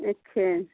अच्छा